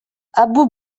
abou